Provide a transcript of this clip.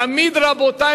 רבותי,